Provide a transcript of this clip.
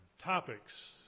topics